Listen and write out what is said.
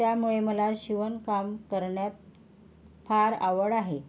त्यामुळे मला शिवणकाम करण्यात फार आवड आहे